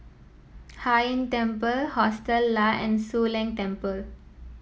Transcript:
Hai Inn Temple Hostel Lah and Soon Leng Temple